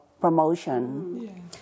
promotion